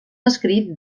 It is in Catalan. escrits